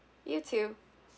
you too